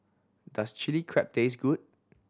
does Chilli Crab taste good